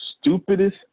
stupidest